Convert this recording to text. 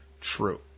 true